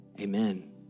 Amen